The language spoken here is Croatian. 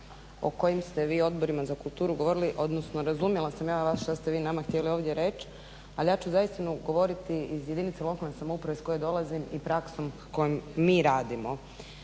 o kojim ste vi odborima za kulturu govorili, odnosno razumjela sam ja vas što ste vi nama htjeli ovdje reći ali ja ću uistinu govoriti iz jedinice lokalne samouprave iz koje dolazim i praksom kojom mi radimo.